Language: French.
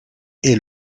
est